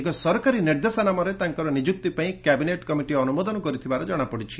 ଏକ ସରକାରୀ ନିର୍ଦ୍ଦେଶାନାମାରେ ତାଙ୍କର ନିଯୁକ୍ତି ପାଇଁ କ୍ୟାବିନେଟ୍ କମିଟି ଅନୁମୋଦନ କରିଥିବା ଜଣାପଡ଼ିଛି